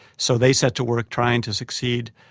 so they set to work trying to succeed,